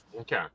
okay